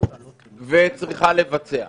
וצריכה לבצע.